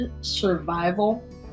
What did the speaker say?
survival